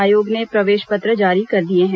आयोग ने प्रवेश पत्र जारी कर दिए हैं